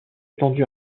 étendu